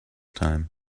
time